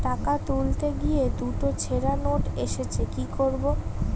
টাকা তুলতে গিয়ে দুটো ছেড়া নোট এসেছে কি করবো?